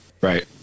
right